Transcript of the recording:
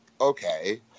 okay